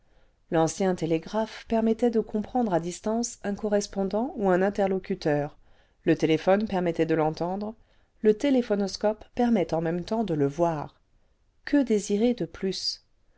l'ancien télégraphe permettait de comprendre à distance un correspondant ou un interlocuteur le téléphone permettait de l'entendre le téléphonoscope permet en même temps de le voir que désirer de plus